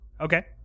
Okay